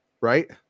Right